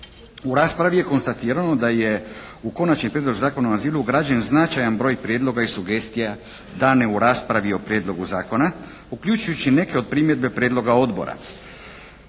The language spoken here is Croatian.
U raspravi je konstatirano da je u Konačni prijedlog Zakona o azilu ugrađen značajan broj prijedloga i sugestija dane u raspravi o Prijedlogu zakona, uključujući neke od primjedbe prijedloga Odbora.